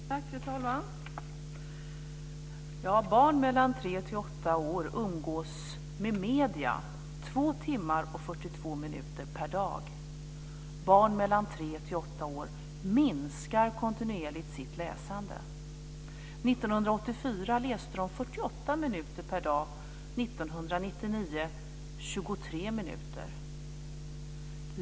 Fru talman! Barn mellan tre och åtta år umgås med medier 2 timmar och 42 minuter per dag. Barn mellan tre och åtta år minskar kontinuerligt sitt läsande. År 1984 läste de 48 minuter per dag, 1999 var det 23 minuter.